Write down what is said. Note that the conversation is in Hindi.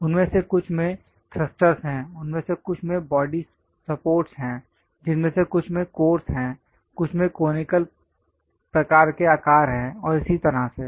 उनमें से कुछ में थ्रस्टर्स हैं उनमें से कुछ में बॉडी सपोर्ट है जिनमें से कुछ में कोर हैं कुछ में कॉनिकल प्रकार के आकार हैं और इसी तरह से